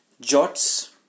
jots